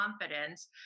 confidence